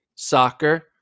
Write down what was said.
soccer